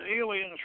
aliens